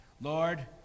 Lord